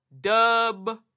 Dub